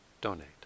donate